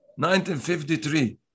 1953